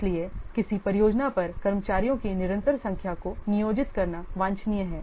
इसलिए किसी परियोजना पर कर्मचारियों की निरंतर संख्या को नियोजित करना वांछनीय है